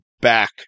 back